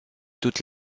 toute